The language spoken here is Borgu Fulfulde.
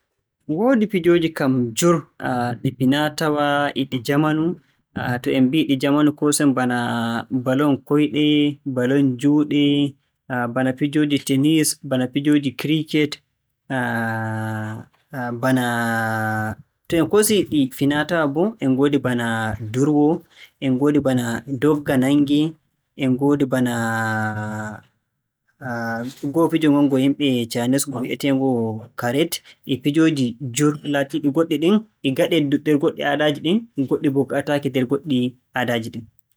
Woodi pijooji kam juur, ɗi finaa-tawaa e ɗi jamanu. To en mbi'ii ɗi jamanu koosen bana balon koyɗe balon juuɗe, bana pijooji tennis, bana pijooji kiriiket. Bana - bana to en koosii ɗi finaa-tawaa boo en ngoodi bana durwo, en ngoodi bana dogga-nanngee, en ngoodi bana ngoo fijo ngon ngo yimɓe Chinese, ngo wi'eteengo kaaret. E pijooji juur laatiiɗi goɗɗi ɗin e ngaɗee nder goɗɗi aadaaji ɗin goɗɗi boo ngaɗataake nder goɗɗi aadaaji ɗin.